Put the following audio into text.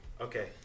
Okay